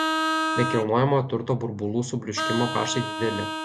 nekilnojamojo turto burbulų subliūškimo kaštai dideli